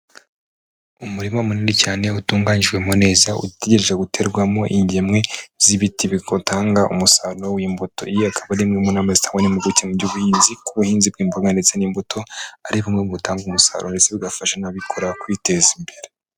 Umurima munini cyane utunganyijwe mo neza, utegereje guterwamo ingemwe z'ibiti bitanga umusaruro w'imbuto, iyi akaba ari imwe mu nama zita ni mpuguke mu by'ubuhinzi, ko ubuhinzi bw'imboga ndetse n'imbuto ari bimwe mu bitanga umusaruro, ndetse bigafasha n'ababikora kwiteza imbere.